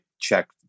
check